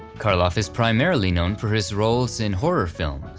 karloff is primarily known for his roles in horror films,